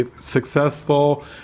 Successful